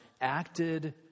acted